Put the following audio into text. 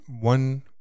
one